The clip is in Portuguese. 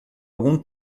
algum